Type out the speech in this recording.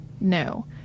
No